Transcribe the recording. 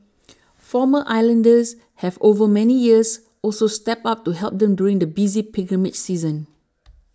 former islanders have over many years also stepped up to help them during the busy pilgrimage season